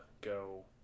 go